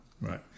Right